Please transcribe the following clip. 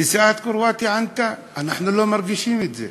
נשיאת קרואטיה ענתה: אנחנו לא מרגישים את זה.